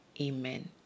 Amen